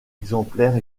exemplaires